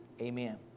Amen